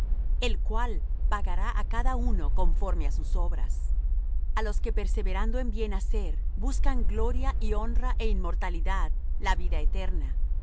el cual pagará á cada uno conforme á sus obras a los que perseverando en bien hacer buscan gloria y honra e inmortalidad la vida eterna